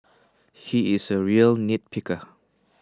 he is A real nitpicker